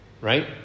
right